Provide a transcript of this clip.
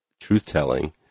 truth-telling